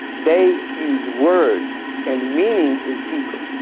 they use words and meaning is deeper